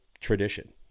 tradition